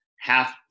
half